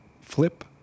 Flip